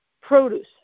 produce